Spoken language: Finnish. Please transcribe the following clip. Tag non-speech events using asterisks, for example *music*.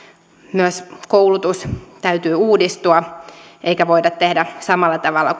myös koulutuksen täytyy uudistua eikä voida tehdä samalla tavalla *unintelligible*